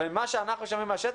אבל מה שאנחנו שומעים בשטח,